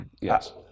yes